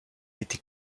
été